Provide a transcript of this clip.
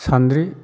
सान्द्रि